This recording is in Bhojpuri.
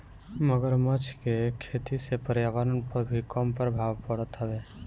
मगरमच्छ के खेती से पर्यावरण पअ भी कम प्रभाव पड़त हवे